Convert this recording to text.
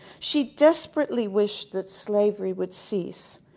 she desperately wished that slavery would cease,